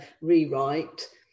rewrite